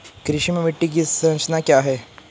कृषि में मिट्टी की संरचना क्या है?